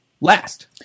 last